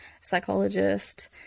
psychologist